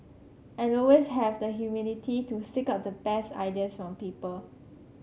and always have the humility to seek out the best ideas from people